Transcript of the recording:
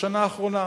בשנה האחרונה,